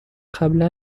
قبلا